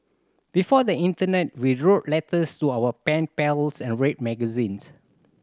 before the internet we wrote letters to our pen pals and read magazines